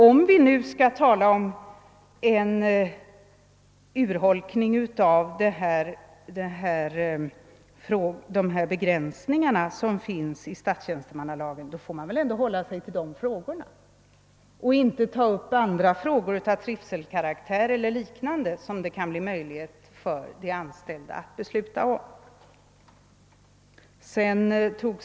Om vi skall tala om en urholkning av de begränsningar som finns i statstjänstemannalagen, får man väl ändå hålla sig till de frågorna och inte ta upp andra frågor av trivselkaraktär eller liknande, som det kan bli möjligt för de anställda att besluta om.